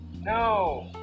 No